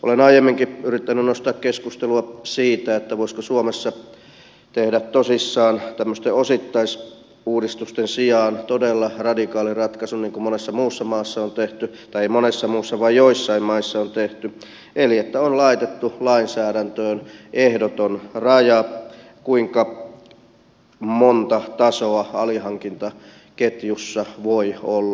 olen aiemminkin yrittänyt nostaa keskustelua siitä voisiko suomessa tehdä tosissaan tämmöisten osittaisuudistusten sijaan todella radikaalin ratkaisun niin kuin monessa muussa maassa on tehty tai ei monessa muussa vaan joissain maissa on tehty eli on laitettu lainsäädäntöön ehdoton raja kuinka monta tasoa alihankintaketjussa voi olla